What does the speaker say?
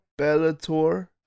Bellator